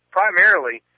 primarily